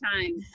time